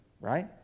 right